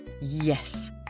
Yes